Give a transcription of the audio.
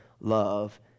love